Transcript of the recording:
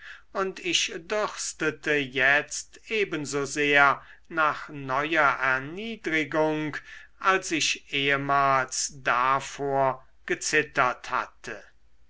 und ich dürstete jetzt ebenso sehr nach neuer erniedrigung als ich ehemals davor gezittert hatte